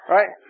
Right